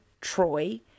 Troy